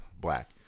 Black